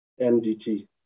NDT